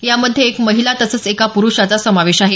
यामध्ये एक महिला तसंच एका प्रुषाचा समावेश आहे